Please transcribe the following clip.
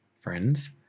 friends